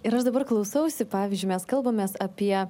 ir aš dabar klausausi pavyzdžiui mes kalbamės apie